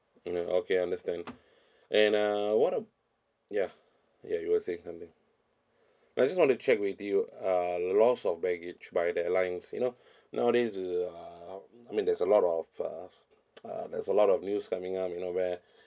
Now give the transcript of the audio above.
mm okay understand and uh what a~ ya ya you were saying something I just want to check with you uh loss of baggage by the airlines you know nowadays uh I mean there's a lot of uh uh there's a lot of news coming out you know where